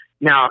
Now